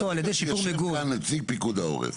על ידי שיפור מיגון --- יושב כאן נציג פיקוד העורף